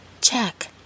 Check